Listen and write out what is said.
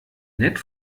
nett